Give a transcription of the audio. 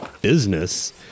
business